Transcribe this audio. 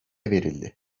verildi